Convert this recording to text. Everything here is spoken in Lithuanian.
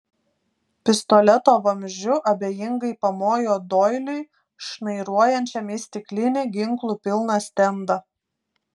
pistoleto vamzdžiu abejingai pamojo doiliui šnairuojančiam į stiklinį ginklų pilną stendą